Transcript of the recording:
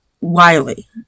Wiley